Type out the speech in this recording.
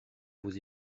vous